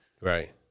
Right